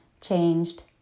changed